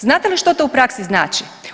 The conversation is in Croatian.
Znate li što to u praksi znači?